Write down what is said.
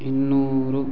ಇನ್ನೂರು